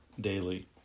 daily